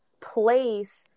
place